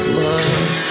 love